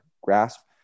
grasp